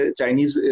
Chinese